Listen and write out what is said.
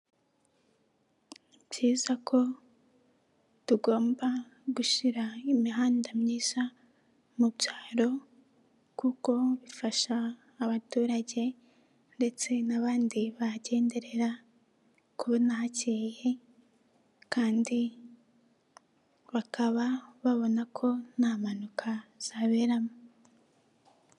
Byizayiza ko tugomba gushira imihanda myiza mu byaro, kuko bifasha abaturage ndetse n'abandi bagenderera, kubona hakehe kandi bakaba babona ko nta mpanuka zaberamo.